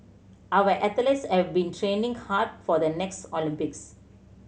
our athletes have been training hard for the next Olympics